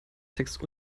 textes